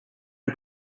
are